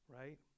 right